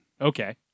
Okay